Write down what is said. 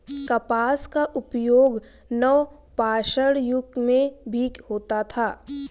कपास का उपयोग नवपाषाण युग में भी होता था